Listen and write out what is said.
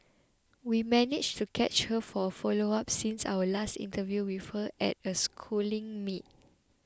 we managed to catch her for a follow up since our last interview with her at a Schooling meet